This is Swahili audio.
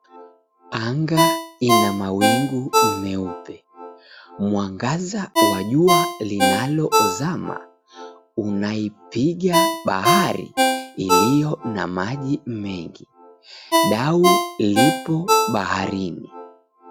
Anga lina mawingi meupe. Mwangaza wa jua linalo zama unaipiga bahari iliyo na maji mengi. Dau lipo baharini.